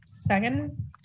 Second